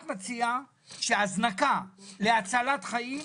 את מציעה שהזנקה להצלת חיים,